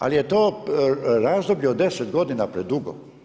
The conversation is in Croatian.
Ali je to razdoblje od deset godina predugo.